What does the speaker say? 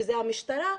שזה המשטרה,